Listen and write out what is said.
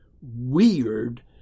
weird